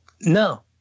no